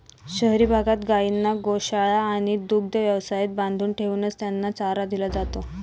शहरी भागात गायींना गोशाळा आणि दुग्ध व्यवसायात बांधून ठेवूनच त्यांना चारा दिला जातो